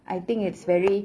I think it's very